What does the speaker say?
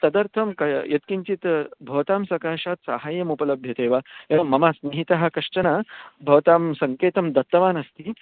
तदर्थं किं यत्किञ्चित् भवतां सकाशात् सहायमुपलभ्यते वा एवं मम स्नेहितः कश्चन भवतां सङ्केतं दत्तवान् अस्ति